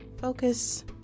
focus